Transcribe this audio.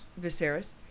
Viserys